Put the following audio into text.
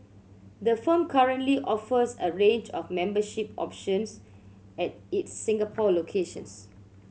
the firm currently offers a range of membership options at its Singapore locations